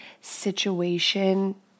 situation